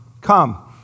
come